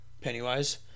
Pennywise